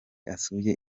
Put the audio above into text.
asuye